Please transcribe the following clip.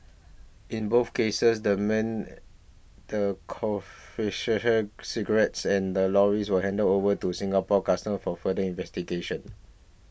in both cases the men the cigarettes and the lorries were handed over to Singapore Customs for further investigations